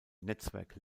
netzwerk